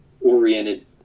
oriented